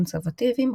קונסרבטיבים,